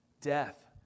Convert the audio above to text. death